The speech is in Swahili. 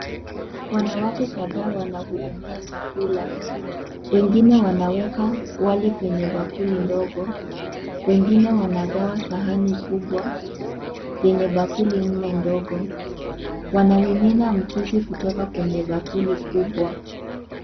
Wanawake kadhaa wanahudumia chakula, wengine wanaweka wali kwenye bakuli ndogo wengine wanagawa sahani kubwa, yenye bakuli nne ndogo wanamimina mchuzi kutoka kwenye bakuli kubwa.